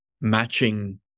matching